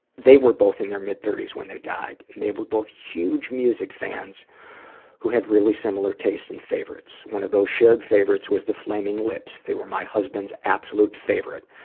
they were both in their mid thirty s when they died, and they were both huge music fans who had really similar tastes and favorites. one of those shared favorites was the flaming lips. they were my husband's absolute favorite.